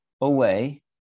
away